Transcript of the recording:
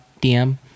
dm